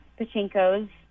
Pachinko's